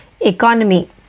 economy